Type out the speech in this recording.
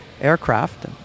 aircraft